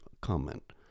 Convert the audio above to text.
comment